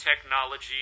technology